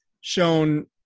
shown